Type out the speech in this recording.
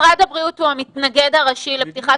משרד הבריאות הוא המתנגד הראשי לפתיחה